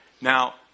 Now